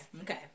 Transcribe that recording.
okay